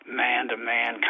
man-to-man